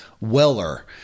weller